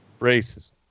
Racism